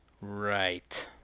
right